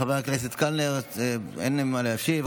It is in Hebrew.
חבר הכנסת קלנר, אין מה להשיב?